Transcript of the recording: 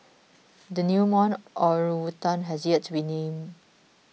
the newborn orangutan has yet to be named